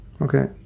Okay